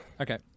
okay